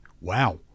Wow